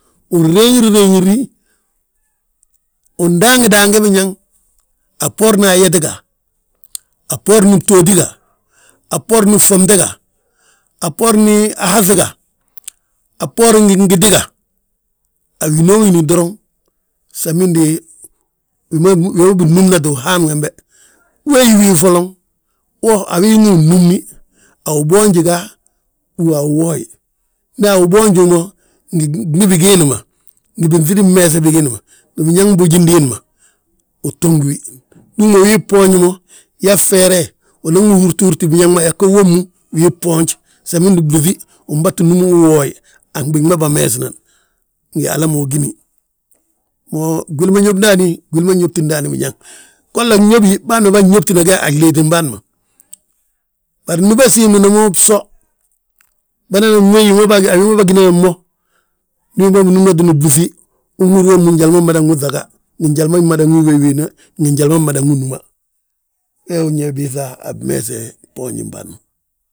Wi reŋir reŋiri, wi daangi daange biñaŋ a bboorna ayet ga, a bboorni btooti ga, a bboorni ffomte ga, a bboorni ahaŧi ga, a bboorin gingiti ga, a winoo wini doroŋ. Samindi wi ma binnúmnate uhaame wembe, wayi folon wo a win wi nnúmni, a wu bboonji ga, uwa wooyi. Nda a wu bboonju wi mo, ngi gbii bigiindi ma ngi binŧidi mmeese bigiindi ma, ngi biñaŋ boji diin ma, uto ngi wi. Ndu ugí mo wii bboonji mo, yaa bfeere, unan wi húrti húrti biñaŋ ma, welgo wommu wii bboonj. Samindi blúŧi wi baa tti númi uwooye, a fnɓigi ma bâmees nan ngi hala ma ugíni; Wo gwili ma ñób ndaani, gwili ñóbti ndaani biñaŋ. Golla gñóbi bâan ba nñóbtina gi a gliitim bâan. Bari ndi bâsiimlina mo bso, bânan wéyi a wi ma bâgina mo, ndi winooni binúmnati blúŧi unhúri wommu njali ma mada wi ŧaga. Ngi njali ma mmada wi wéyi wéyina, ngi njali ma mmada wi núma, wee wi ñe biiŧa a mmeesi bboonjin bâan.